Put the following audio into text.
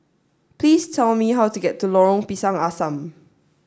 please tell me how to get to Long Pisang Assam